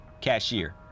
Cashier